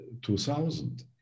2000